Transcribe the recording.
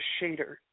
shader